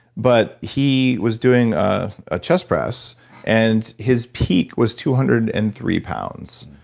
but he was doing a ah chest press and his peak was two hundred and three pounds,